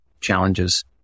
challenges